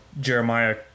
Jeremiah